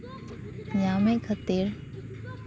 ᱧᱟᱢᱮᱫ ᱠᱷᱟᱹᱛᱤᱨ